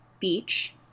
beach